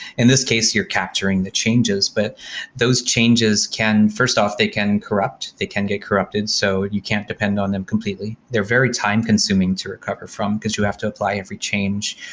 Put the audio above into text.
in this case, you're capturing the changes, but those changes, first off, they can corrupt, they can get corrupted. so you can't depend on them completely. they're very time-consuming to recover from, because you have to apply every change.